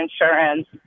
insurance